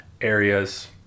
areas